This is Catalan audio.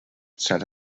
serà